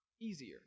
easier